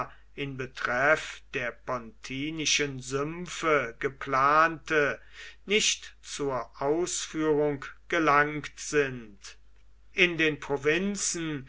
in betreff der pontinischen sümpfe geplante nicht zur ausführung gelangt sind in den provinzen